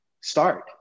start